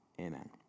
Amen